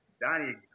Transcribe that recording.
Donnie